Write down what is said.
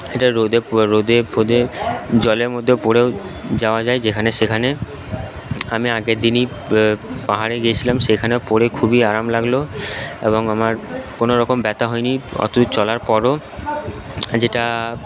যেটা রোদে রোদে ফোদে জলের মধ্যে পরেও যাওয়া যায় যেখানে সেখানে আমি আগের দিনই পাহাড়ে গিয়েছিলাম সেখানেও পরে খুবই আরাম লাগলো এবং আমার কোনো রকম ব্যাথা হয় নি অতো দূর চলার পরও যেটা